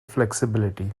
flexibility